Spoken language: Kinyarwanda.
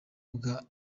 bwa